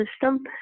system